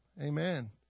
Amen